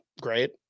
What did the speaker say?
great